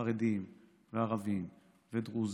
חרדים, ערבים, דרוזים,